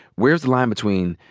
where's the line between,